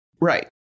Right